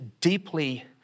deeply